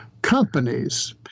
Companies